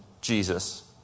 Jesus